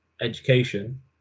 education